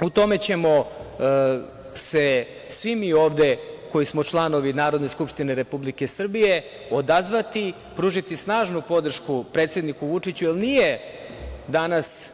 U tome ćemo se svi mi ovde koji smo članovi Narodne skupštine Republike Srbije odazvati, pružiti snažnu podršku predsedniku Vučiću jer nije danas